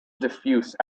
diffuse